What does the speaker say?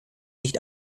nicht